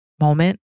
moment